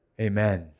Amen